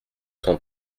cent